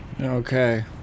Okay